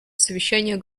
совещания